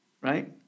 Right